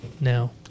now